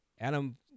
Adam